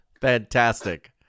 Fantastic